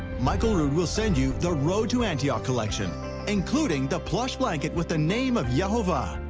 michael rood will sent you the road to antioch collection including the plush blanket with the name of yehovah.